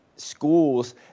schools